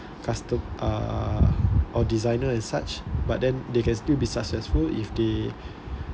custo~ (uh)or designer and such but then they can still be successful if they